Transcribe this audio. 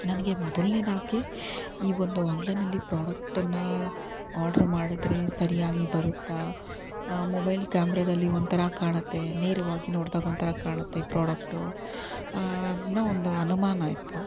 ನನಗೆ ಮೊದಲ್ನೇದಾಗಿ ಈ ಒಂದು ಆನ್ಲೈನ್ನಲ್ಲಿ ಪ್ರಾಡಕ್ಟನ್ನು ಆಡ್ರ್ ಮಾಡಿದರೆ ಸರಿಯಾಗಿ ಬರುತ್ತಾ ಮೊಬೈಲ್ ಕ್ಯಾಮ್ರಾದಲ್ಲಿ ಒಂಥರ ಕಾಣತ್ತೆ ನೇರವಾಗಿ ನೋಡಿದಾಗ ಒಂಥರ ಕಾಣತ್ತೆ ಪ್ರಾಡಕ್ಟು ಅನ್ನೋ ಒಂದು ಅನುಮಾನ ಇತ್ತು